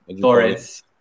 Torres